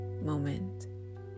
moment